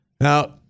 Now